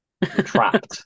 Trapped